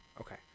Okay